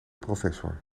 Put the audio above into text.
professor